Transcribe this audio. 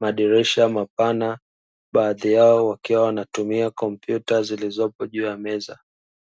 madirisha mapana, baadhi yao wakiwa wanatumia kompyuta zilizopo juu ya meza.